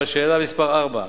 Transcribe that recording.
לשאלה מס' 4,